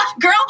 Girl